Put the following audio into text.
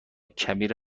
کبیر